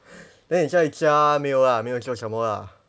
then 你在家没有啦没有做什么啦